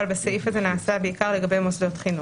בסעיף הזה נעשה בעיקר לגבי מוסדות חינוך.